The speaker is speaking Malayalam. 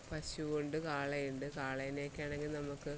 പശുവുണ്ട് കാളയുണ്ട് കാളേനെയെക്കെയാണെങ്കിൽ നമുക്ക്